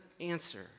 answer